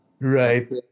Right